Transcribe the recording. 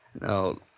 No